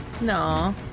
No